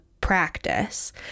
practice